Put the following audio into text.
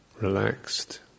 relaxed